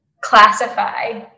classify